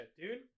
dude